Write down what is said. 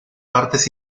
partes